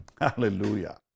Hallelujah